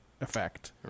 effect